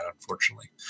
unfortunately